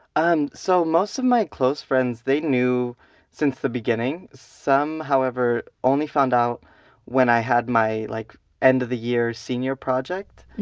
um so most of my close friends, they knew since the beginning. some, however, only found out when i had my like end of the year senior project.